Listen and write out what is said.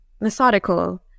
methodical